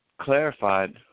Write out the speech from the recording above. clarified